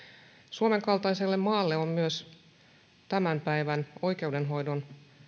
suomen kaltaiselle maalle ovat myös tämän päivän oikeudenhoidon